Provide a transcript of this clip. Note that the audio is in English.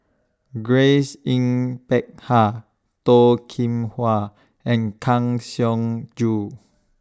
Grace Yin Peck Ha Toh Kim Hwa and Kang Siong Joo